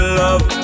love